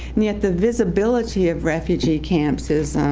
and yet the visibility of refugee camps is